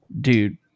dude